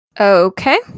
Okay